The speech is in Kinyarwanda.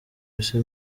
isi